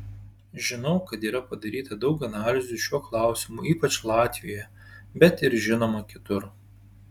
žinau kad yra padaryta daug analizių šiuo klausimu ypač latvijoje bet ir žinoma kitur